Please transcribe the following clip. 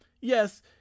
yes